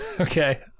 Okay